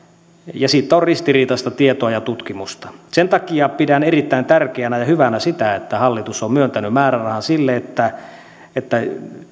ja siitä on ristiriitaista tietoa ja tutkimusta sen takia pidän erittäin tärkeänä ja hyvänä sitä että hallitus on myöntänyt määrärahan sille että että